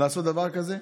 לעשות דבר כזה.